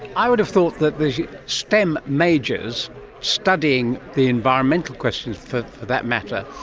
i would have thought that the stem majors studying the environmental questions, for that matter,